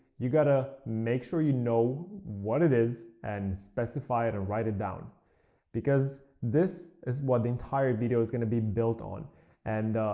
got to make sure you know what it is, and specify it or write it down because, this is what the entire video is going to be built on and,